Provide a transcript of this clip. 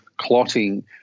clotting